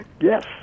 Yes